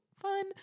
fun